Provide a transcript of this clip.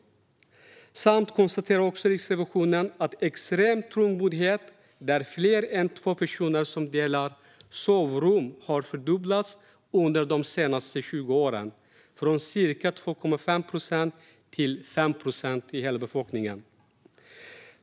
Riksrevisionen konstaterar också att den extrema trångboddheten, där fler än två personer delar sovrum, har fördubblats under de senaste 20 åren, från ca 2,5 procent till 5 procent av befolkningen.